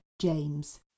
James